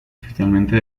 oficialmente